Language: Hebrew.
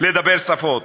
לדבר שפות.